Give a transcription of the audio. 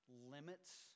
limits